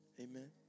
amen